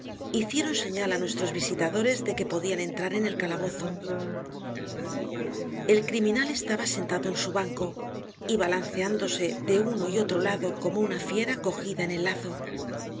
hicieron señal á nuestros visitadores de que podian entrar en el calabozo el criminal estaba sentado en su banco y balanceándose de uno y otro lado como una fiera cojida en el lazo el